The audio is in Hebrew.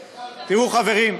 חברים,